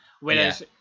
Whereas